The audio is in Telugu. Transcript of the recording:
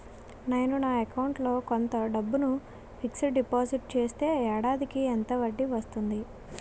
నేను నా అకౌంట్ లో కొంత డబ్బును ఫిక్సడ్ డెపోసిట్ చేస్తే ఏడాదికి ఎంత వడ్డీ వస్తుంది?